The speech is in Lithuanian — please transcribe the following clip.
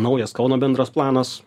naujas kauno bendras planas